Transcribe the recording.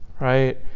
right